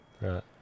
Right